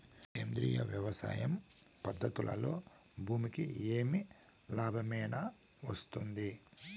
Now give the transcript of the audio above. సేంద్రియ వ్యవసాయం పద్ధతులలో భూమికి ఏమి లాభమేనా వస్తుంది?